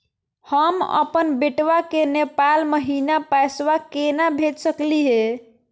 हम अपन बेटवा के नेपाल महिना पैसवा केना भेज सकली हे?